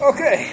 Okay